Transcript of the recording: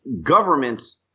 governments